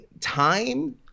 time